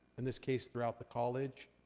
in this case, throughout the college.